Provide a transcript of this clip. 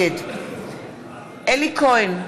נגד אלי כהן,